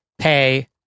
pay